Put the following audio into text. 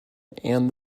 and